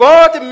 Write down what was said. God